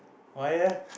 why eh